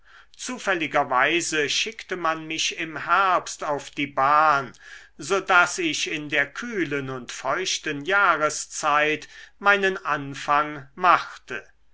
zufälligerweise schickte man mich im herbst auf die bahn so daß ich in der kühlen und feuchten jahreszeit meinen anfang machte